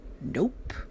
Nope